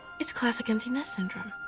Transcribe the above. it's classic empty nest syndrome.